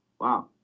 wow